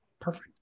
Perfect